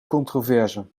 controverse